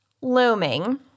looming